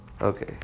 okay